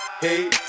Hey